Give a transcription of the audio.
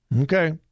Okay